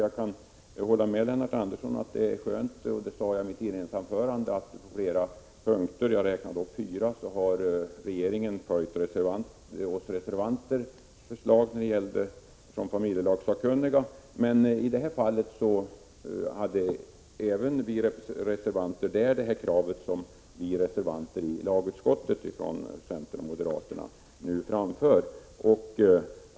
Jag håller med Lennart Andersson om att det är värdefullt att regeringen på flera punkter — i mitt inledningsanförande räknade jag upp fyra — har följt reservanternas i familjelagsakkunniga förslag. Vi reservanter där hade även det krav som reservanterna från centern och moderaterna i lagutskottet har framfört.